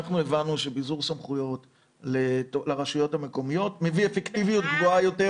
הבנו שביזור סמכויות לרשויות המקומיות מביא אפקטיביות גבוהה יותר.